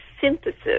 synthesis